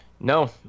No